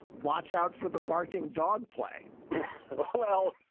watch out for the barking dog play well,